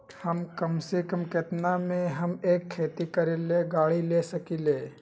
कम से कम केतना में हम एक खेती करेला गाड़ी ले सकींले?